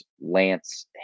lance